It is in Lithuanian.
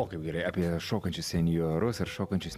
o kaip gerai apie šokančius senjorus ar šokančius